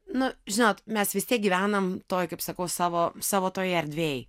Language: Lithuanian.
na žinot mes vis tiek gyvenam toj kaip sakau savo savo toje erdvėj